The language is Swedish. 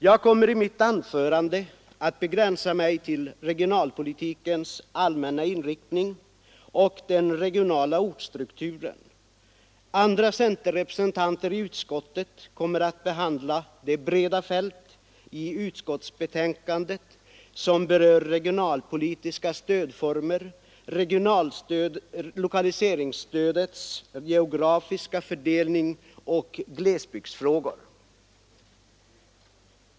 Jag kommer i mitt anförande att begränsa mig till regionalpolitikens allmänna inriktning och den regionala ortsstrukturen. Andra centerrepresentanter i utskottet kommer att behandla det breda fält i utskottsbetänkandet som berör regionalpolitiska stödformer, lokaliseringsstödets geografiska fördelning och glesbygdsfrågor.